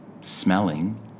smelling